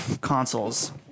consoles